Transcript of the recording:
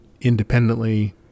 independently